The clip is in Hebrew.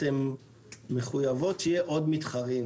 אתן מחויבות שיהיה עוד מתחרים.